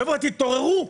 חבר'ה, תתעוררו.